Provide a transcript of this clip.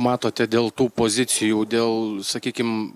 matote dėl tų pozicijų dėl sakykim